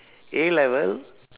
A level